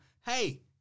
hey